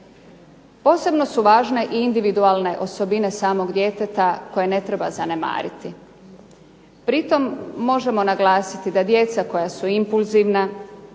Posebno su važne i individualne osobine samog djeteta kojeg ne treba zanemariti. Pri tome, možemo naglasiti da djeca koja su impulzivna,